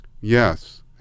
Yes